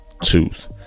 tooth